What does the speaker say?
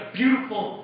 beautiful